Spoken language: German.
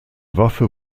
waffe